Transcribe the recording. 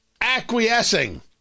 acquiescing